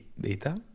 data